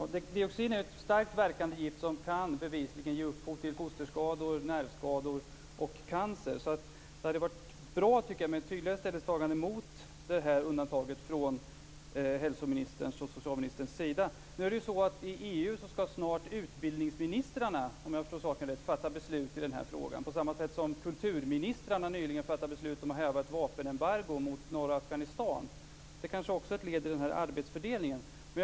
Herr talman! Dioxin är ett starkt verkande gift som bevisligen kan ge upphov till fosterskador, nervskador och cancer. Därför tycker jag att det hade varit bra med ett tydligare ställningstagande mot undantaget från socialministerns sida. I EU ska snart utbildningsministrarna, om jag förstått saken rätt, fatta beslut i den här frågan, på samma sätt som kulturministrarna nyligen fattade ett beslut om att häva ett vapenembargo mot norra Afghanistan. Det kanske också är ett led i den här arbetsfördelningen.